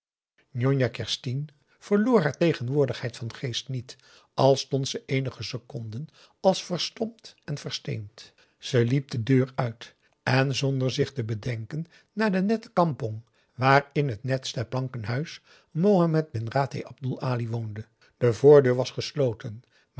njonjah kerstien verloor haar tegenwoordigheid van geest niet al stond ze eenige seconden als verstomd en versteend ze liep de deur uit en zonder zich te bedenken naar de nette kampong waar in het netste planken huis mohamed bin rateh abdoel ali woonde de voordeur was gesloten